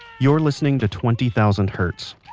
you're listening to twenty thousand hertz.